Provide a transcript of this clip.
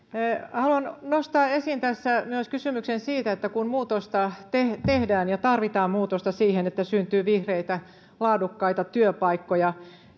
haluan nostaa esiin tässä myös kysymyksen siitä että kun muutosta tehdään ja tarvitaan muutosta siihen että syntyy vihreitä laadukkaita työpaikkoja